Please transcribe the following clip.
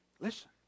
Listen